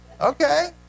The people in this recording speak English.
Okay